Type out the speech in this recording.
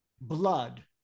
blood